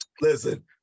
Listen